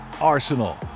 Arsenal